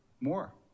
more